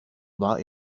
war